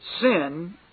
sin